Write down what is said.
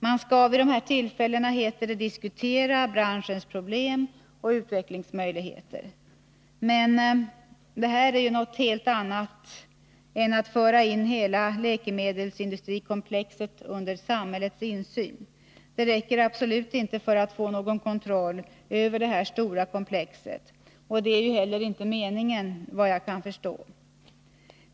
Man skall vid dessa tillfällen, som det heter, diskutera branschens problem och utvecklingsmöjligheter. Men det är ju något helt annat än att föra in hela läkemedelsindustrikomplexet under samhällets insyn. Det räcker absolut inte för att man skall få kontroll över detta stora komplex. Det är väl heller inte meningen — såvitt jag kan förstå.